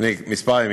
לפני ימים מספר,